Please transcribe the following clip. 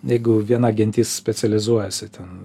jeigu viena gentis specializuojasi ten